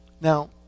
Now